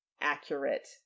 accurate